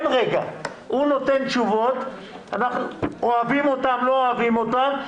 הוא נותן תשובות, אוהבים אותן לא אוהבים אותן.